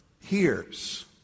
hears